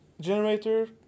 generator